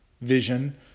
vision